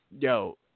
yo